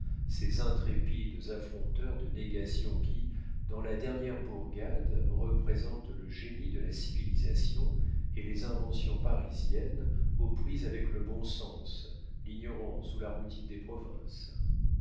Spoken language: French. ces intrépides affronteurs de négations qui dans la dernière bourgade représentent le génie de la civilisation et les inventions parisiennes aux prises avec le bon sens l'ignorance ou la routine des provinces